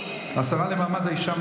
חבר הכנסת אלהואשלה,